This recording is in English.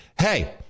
Hey